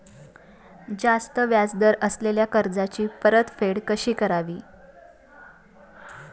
जास्त व्याज दर असलेल्या कर्जाची परतफेड कशी करावी?